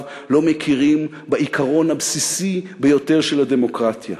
לא מכירים בעיקרון הבסיסי ביותר של הדמוקרטיה